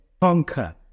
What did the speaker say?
conquer